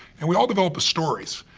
and we all develop a story.